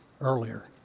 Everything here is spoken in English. earlier